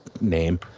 name